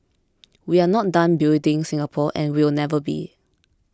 we are not done building Singapore and we will never be